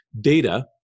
data